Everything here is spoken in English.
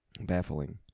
Baffling